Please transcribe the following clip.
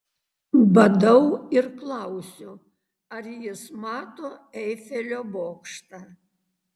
badau ir klausiu ar jis mato eifelio bokštą